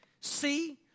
See